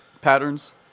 patterns